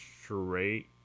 straight